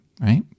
right